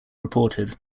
reported